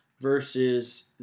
versus